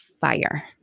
fire